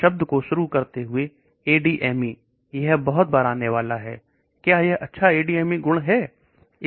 इस शब्द को शुरू करते हुए ADME यह एक बहुत बार आने वाला है क्या यह अच्छा ADME गुण है